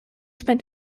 spent